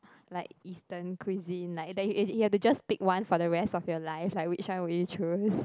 like Eastern cuisine like that you that you have to just pick one for the rest of your life like which one would you choose